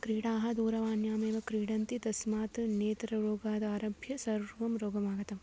क्रीडाः दूरवाण्यामेव क्रीडन्ति तस्मात् नेत्ररोगादारभ्य सर्वं रोगमागतम्